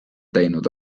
teinud